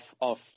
off